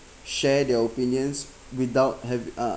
share their opinions without have uh